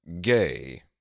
gay